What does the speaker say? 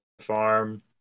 farm